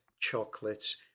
chocolates